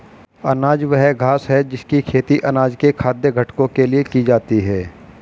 अनाज वह घास है जिसकी खेती अनाज के खाद्य घटकों के लिए की जाती है